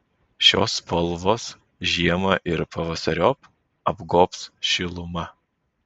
šios spalvos žiemą ir pavasariop apgobs šiluma